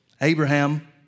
Abraham